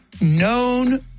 known